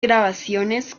grabaciones